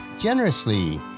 generously